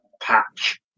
patch